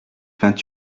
vingt